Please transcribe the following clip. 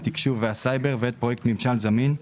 התקשוב והסייבר ואת פרויקט ממשל זמין.